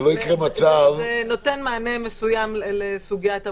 שלא יקרה מצב --- זה נותן מענה מסוים לסוגיית המומחים.